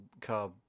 car